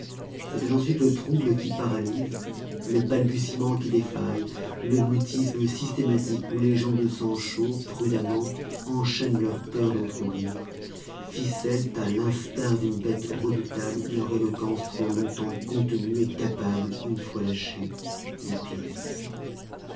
c'était ensuite le trouble qui paralyse le balbutiement qui défaille le mutisme systématique où les gens de sang chaud prudemment enchaînent leur peur d'en trop dire ficelant à l'instar d'une bête redoutable leur éloquence trop longtemps contenue et capable une fois lâchée des pires excès